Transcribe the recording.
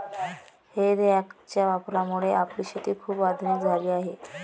हे रॅकच्या वापरामुळे आपली शेती खूप आधुनिक झाली आहे